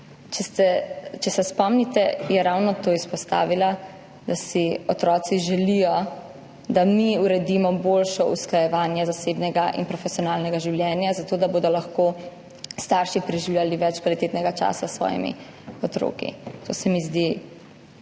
če se spomnite, je izpostavila ravno to, da si otroci želijo, da mi uredimo boljše usklajevanje zasebnega in profesionalnega življenja, zato da bodo lahko starši preživljali več kvalitetnega časa s svojimi otroki. To se mi zdi zelo